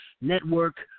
Network